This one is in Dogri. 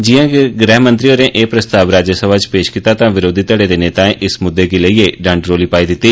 जिआं गै गृहमंत्री होरें ए प्रस्ताव राज्यसभा च पेश कीता तां वरोधी घड़े दे नेतायें इस मुद्दे गी लेईये डंड रौली पाई दिति